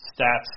stats